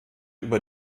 über